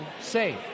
safe